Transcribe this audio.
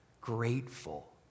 grateful